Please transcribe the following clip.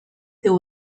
there